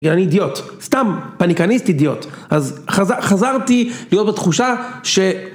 כי אני אידיוט, סתם פניקניסט אידיוט, אז חזרתי להיות בתחושה ש...